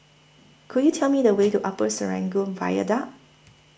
Could YOU Tell Me The Way to Upper Serangoon Viaduct